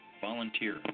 Volunteer